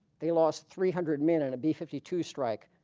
they lost three hundred men in and a b fifty two strike